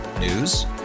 News